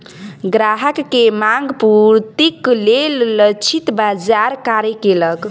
ग्राहक के मांग पूर्तिक लेल लक्षित बाजार कार्य केलक